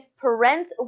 parent